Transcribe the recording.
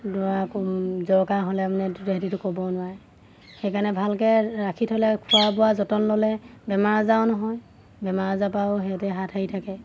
ধৰা আকৌ জ্বৰ কাহ হ'লে মানে সেইটো ক'বও নোৱাৰে সেইকাৰণে ভালকৈ ৰাখি থ'লে খোৱা বোৱা যতন ল'লে বেমাৰ আজাৰো নহয় বেমাৰ আজাৰ পৰাও সিহঁতে হাত সাৰি থাকে